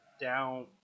down